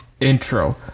intro